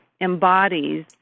embodies